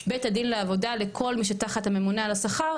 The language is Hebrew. בית הדין לעבודה לכל מי שתחת הממונה על השכר,